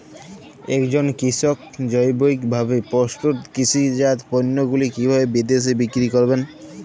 একজন কৃষক জৈবিকভাবে প্রস্তুত কৃষিজাত পণ্যগুলি কিভাবে বিদেশে বিক্রি করবেন?